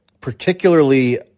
particularly